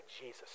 Jesus